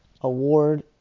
award